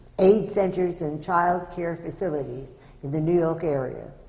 aids centers and child care facilities in the new york area,